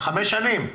5 שנים,